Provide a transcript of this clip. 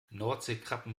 nordseekrabben